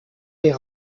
est